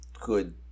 good